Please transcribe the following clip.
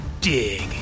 dig